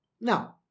Now